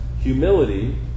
humility